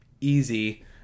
easy